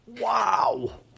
Wow